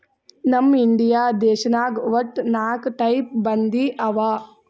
ನಮ್ ಇಂಡಿಯಾ ದೇಶನಾಗ್ ವಟ್ಟ ನಾಕ್ ಟೈಪ್ ಬಂದಿ ಅವಾ